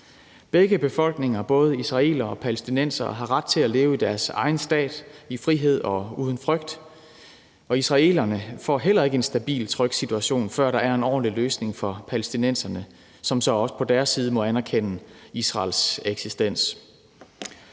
Begge befolkninger, både israelere og palæstinensere, har ret til at leve i deres egen stat i frihed og uden frygt. Israelerne får heller ikke en stabil, tryg situation, før der er kommet en ordentlig løsning for palæstinenserne, som så også på deres side må anerkende Israels eksistens.